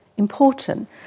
important